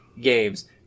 games